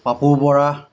Papu Bora